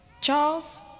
Charles